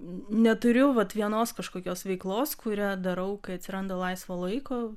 neturiu vat vienos kažkokios veiklos kurią darau kai atsiranda laisvo laiko